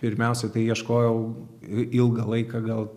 pirmiausia tai ieškojau ilgą laiką gal